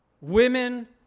women